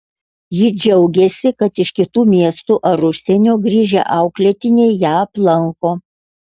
ji džiaugiasi kad iš kitų miestų ar užsienio grįžę auklėtiniai ją aplanko